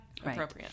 appropriate